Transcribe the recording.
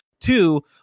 Two